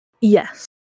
Yes